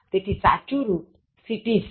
તેથીસાચું રુપ cities છે